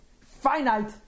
finite